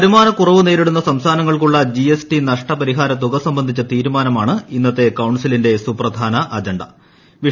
വരുമാനക്കുറവ് നേരിടുന്ന സംസ്ഥാനങ്ങൾക്കുള്ള G S T നഷ്ട പരിഹാരത്തുക സംബന്ധിച്ച തീരുമാനമാണ് ഇന്നത്തെ കൌൺസിലിന്റെ സുപ്രധാന അജ്ജിട്ട്